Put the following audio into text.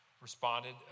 responded